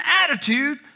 attitude